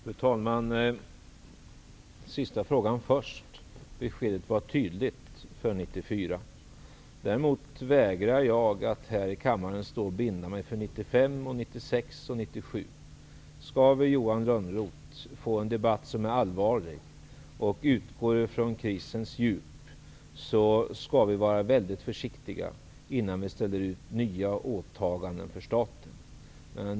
Fru talman! Jag tar den sista frågan först. Beskedet för 1994 var tydligt. Däremot vägrar jag att här i kammaren binda mig för 1995, 1996 och 1997. Om vi, Johan Lönnroth, skall få en debatt som är allvarlig och som utgår från krisens djup skall vi vara väldigt försiktiga innan vi ställer ut nya åtaganden för staten.